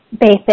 basic